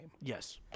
Yes